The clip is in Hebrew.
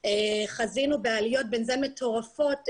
חזינו בעליות בנזן מטורפות.